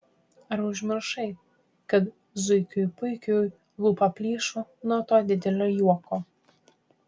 ar užmiršai kad zuikiui puikiui lūpa plyšo nuo to didelio juoko